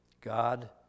God